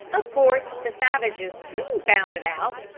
of course the savages soon found it out,